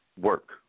Work